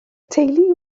teulu